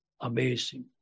amazing